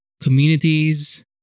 communities